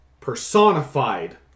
personified